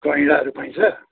गैँडाहरू पाइन्छ